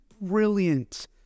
brilliant